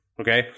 Okay